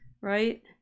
right